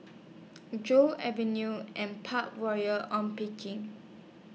Joo Avenue and Park Royal on picking